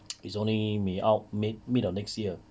it's only mi~ out mid or next year